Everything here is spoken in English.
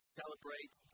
celebrate